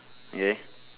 yeah